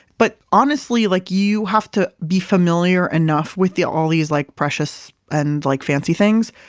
but honestly, like you have to be familiar enough with the all these like precious and like fancy things,